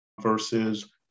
versus